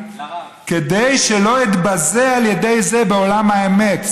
כדי שלא אתבזה על ידי זה בעולם האמת.